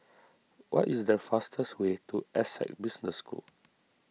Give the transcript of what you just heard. what is the fastest way to Essec Business School